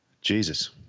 Jesus